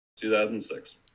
2006